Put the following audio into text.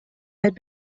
had